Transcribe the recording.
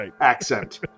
accent